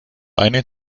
eine